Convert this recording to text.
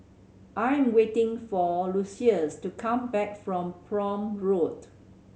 I am waiting for Lucious to come back from Prome Road